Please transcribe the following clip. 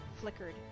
flickered